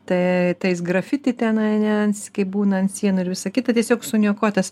tai tais grafiti tenai ne kai būna ant sienų ir visa kita tiesiog suniokotas